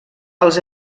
els